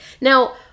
Now